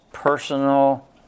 personal